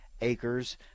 acres